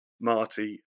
Marty